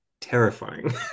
terrifying